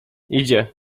idzie